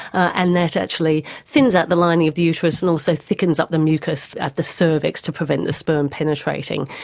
and that actually thins out the lining of the uterus and also thickens up the mucus at the cervix to prevent the sperm penetrating.